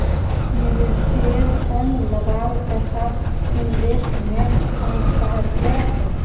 निवेशेर त न लगाल पैसाक इन्वेस्टमेंट फण्ड कह छेक